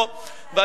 חבר הכנסת חסון,